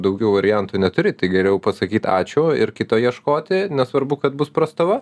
daugiau variantų neturi tai geriau pasakyt ačiū ir kito ieškoti nesvarbu kad bus prastova